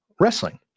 wrestling